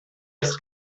als